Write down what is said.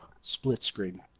split-screen